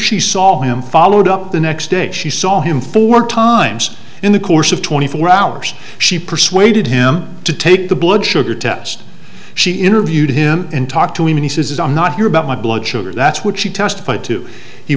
she saw him followed up the next day she saw him four times in the course of twenty four hours she persuaded him to take the blood sugar test she interviewed him and talked to him and he says i'm not here about my blood sugar that's what she testified to he